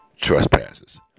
trespasses